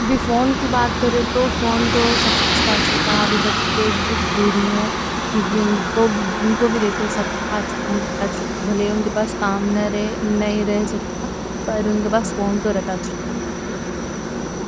ابھی فون کی بات کرے تو فون تو سب کے پاس رہتا ہے ابھی۔ بچے بڑھے ہیں جن کو بھی دیکھو سب کے پاس فون رہتا۔ رہتا، بھلے ان کے پاس کام نہیں رہ سکتا۔ پر ان کے پاس فون تو رہتا رہتا۔